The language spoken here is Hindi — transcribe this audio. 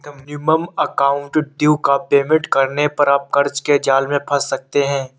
मिनिमम अमाउंट ड्यू का पेमेंट करने पर आप कर्ज के जाल में फंस सकते हैं